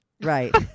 Right